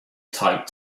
tight